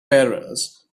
bearers